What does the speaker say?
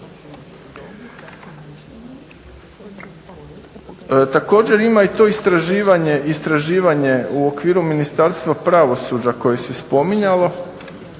Također ima i to istraživanje u okviru Ministarstva koje se spominjalo.